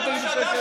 אל תגיד לי "שקר".